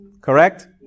Correct